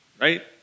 right